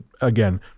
again